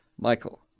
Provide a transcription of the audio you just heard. Michael